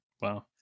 wow